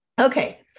Okay